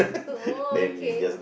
oh okay